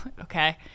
okay